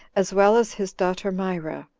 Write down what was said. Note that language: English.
as well as his daughter myrrha,